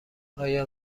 آیا